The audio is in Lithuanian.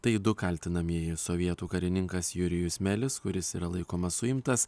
tai du kaltinamieji sovietų karininkas jurijus melis kuris yra laikomas suimtas